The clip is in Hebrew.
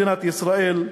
מדינת ישראל,